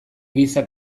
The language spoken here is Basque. giza